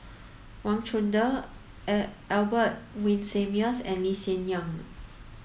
Wang Chunde Albert Winsemius and Lee Hsien Yang